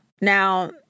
Now